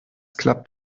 klappt